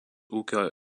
ūkio